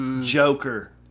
Joker